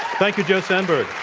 thank you, joe sanberg.